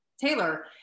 taylor